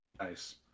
Nice